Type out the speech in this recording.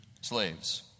slaves